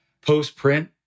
post-print